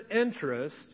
interest